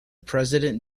president